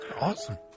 Awesome